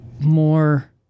more